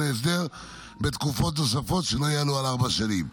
ההסדר בתקופות נוספות שלא יעלו על ארבע שנים.